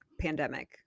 pandemic